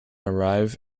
arrived